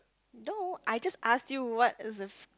no I just asked you what is the